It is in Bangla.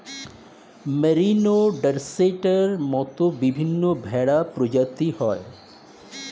মেরিনো, ডর্সেটের মত বিভিন্ন ভেড়া প্রজাতি হয়